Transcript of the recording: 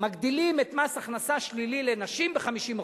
שמגדילים את מס ההכנסה השלילי לנשים ב-50%.